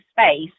space